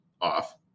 off